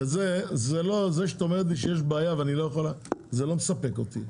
זה לא מספק אותי.